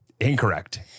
Incorrect